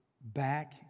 back